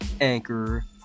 Anchor